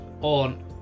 on